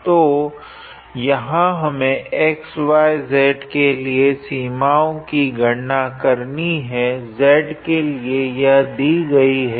तो यहाँ हमें xyz के लिए सीमाओं की गणना करनी है z के लिए यह दी गई है